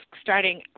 starting